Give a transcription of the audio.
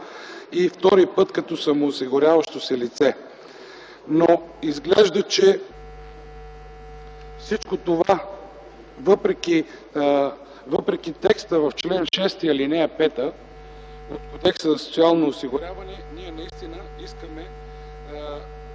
и втори път, като самоосигуряващо се лице. Но изглежда, че всичко това, въпреки текста в чл. 6, ал. 5 от Кодекса за социално осигуряване, ние искаме